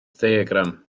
diagram